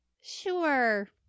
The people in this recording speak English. Sure